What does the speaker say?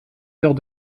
heures